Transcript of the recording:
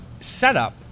setup